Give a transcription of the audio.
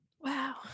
Wow